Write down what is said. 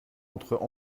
entre